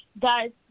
Guys